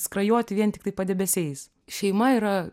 skrajoti vien tiktai padebesiais šeima yra